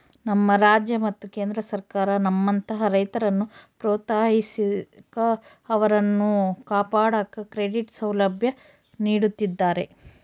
ನಮ್ಮ ರಾಜ್ಯ ಮತ್ತು ಕೇಂದ್ರ ಸರ್ಕಾರ ನಮ್ಮಂತಹ ರೈತರನ್ನು ಪ್ರೋತ್ಸಾಹಿಸಾಕ ಅವರನ್ನು ಕಾಪಾಡಾಕ ಕ್ರೆಡಿಟ್ ಸೌಲಭ್ಯ ನೀಡುತ್ತಿದ್ದಾರೆ